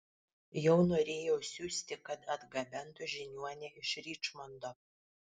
jau norėjau siųsti kad atgabentų žiniuonę iš ričmondo